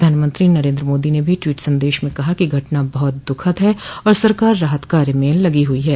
प्रधानमंत्री नरेन्द्र मोदी ने भी ट्वीट संदेश में कहा कि घटना बहुत दुखद है और सरकार राहत कार्य में लगी हुई है